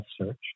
search